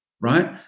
right